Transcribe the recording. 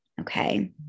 Okay